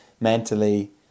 mentally